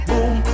Boom